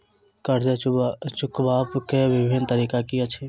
कर्जा चुकबाक बिभिन्न तरीका की अछि?